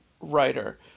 writer